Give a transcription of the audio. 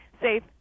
safe